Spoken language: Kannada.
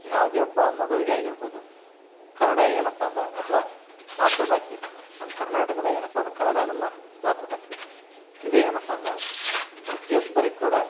ಯಾವುದೇ ಒಬ್ಬ ಮಗುವಿಗೆ ಆಗಿರ್ಬೊದು ಕನ್ನಡ ಏನಪ್ಪ ಅಂದ್ರೆ ಅಥ್ವಾ ಮಾತೃಭಾಷೆ ನಮ್ಮ ಕರ್ನಾಟಕದಲ್ಲಿ ಏನಪ್ಪ ಅಂದ್ರೆ ಕನ್ನಡ ನಮ್ಮ ಮಾತೃಭಾಷೆ ಇದು ಏನಪ್ಪ ಅಂದ್ರೆ ಪ್ರತಿಯೊಬ್ಬರಿಗೆ ಕೂಡ